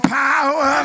power